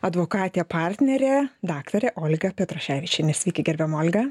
advokatė partnerė daktarė olga petroševičienė sveiki gerbiama olga